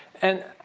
and